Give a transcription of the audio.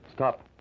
Stop